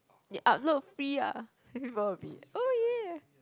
they upload free ah people will be oh yeah